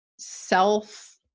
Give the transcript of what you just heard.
self